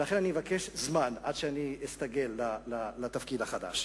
ולכן אני מבקש זמן עד שאני אסתגל לתפקיד החדש.